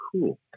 cool